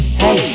hey